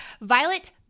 Violet